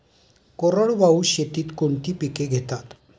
कोरडवाहू शेतीत कोणती पिके घेतात?